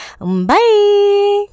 Bye